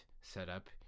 setup